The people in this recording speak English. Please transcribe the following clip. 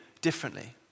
differently